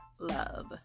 Love